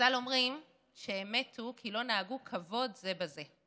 חז"ל אומרים שהם מתו כי לא נהגו כבוד זה בזה.